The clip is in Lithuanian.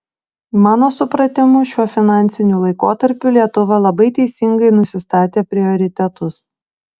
mano supratimu šiuo finansiniu laikotarpiu lietuva labai teisingai nusistatė prioritetus